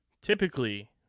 typically